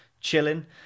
chilling